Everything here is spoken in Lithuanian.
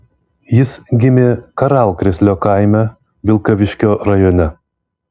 jis gimė karalkrėslio kaime vilkaviškio rajone